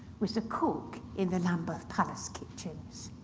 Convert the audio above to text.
was a cook in the lambeth palace kitchens.